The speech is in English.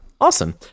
awesome